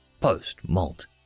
Post-malt